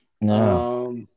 No